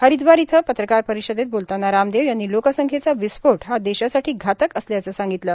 हरिदवार इथं पत्रकार परिषदेत बोलताना रामदेव यांनी लोकसंख्येचा विस्फोट हा देशासाठी घातक असल्याचं सांगितलं